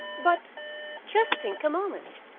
but just think a moment,